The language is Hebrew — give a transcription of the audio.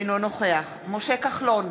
אינו נוכח משה כחלון,